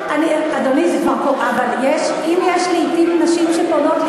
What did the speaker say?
אם יש נשים שפונות,